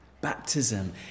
Baptism